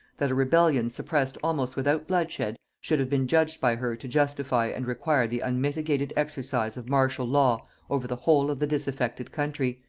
that a rebellion suppressed almost without bloodshed should have been judged by her to justify and require the unmitigated exercise of martial law over the whole of the disaffected country.